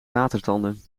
watertanden